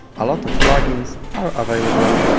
a lot of plugins are available